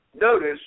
notice